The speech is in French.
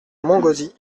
montgauzy